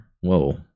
Whoa